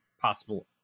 possible